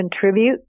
contribute